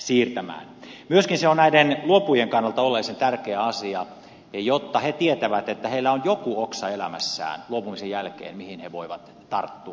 myöskin se on näiden luopujien kannalta oleellisen tärkeä asia jotta he tietävät että heillä on joku oksa elämässään luopumisen jälkeen johon he voivat tarttua